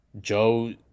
Joe